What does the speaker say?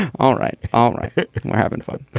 all right. all right. we're having fun.